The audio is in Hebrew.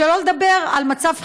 שלא לדבר על מצב חירום,